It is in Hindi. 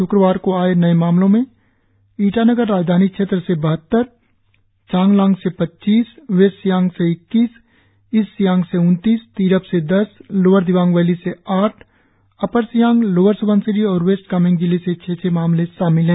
श्क्रवार को आए नए मामलों में ईटानगर राजधानी क्षेत्र से बहत्तर चांगलांग से पच्चीस वेस्ट सियांग से इक्कीस ईस्ट सियांग से उन्तीस तिरप से दस लोअर दिबांग वैली से आठ अपर सियांग लोअर सुबनसिरी और वेस्ट कामेंग जिले से छह छह मामले शामिल है